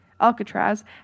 Alcatraz